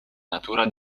natura